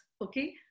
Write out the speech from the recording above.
okay